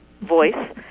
voice